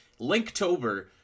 Linktober